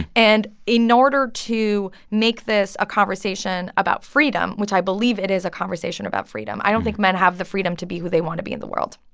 and in order to make this a conversation about freedom, which i believe it is a conversation about freedom, i don't think men have the freedom to be who they want to be in the world.